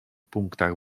punktach